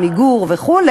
"עמיגור" וכו'